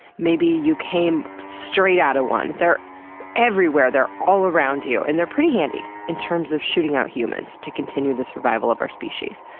maybe you came straight out of one. they're everywhere, they're all around you, and they're pretty handy in terms of shooting out humans to continue the survival of our species.